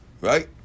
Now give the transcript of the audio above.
Right